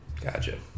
Gotcha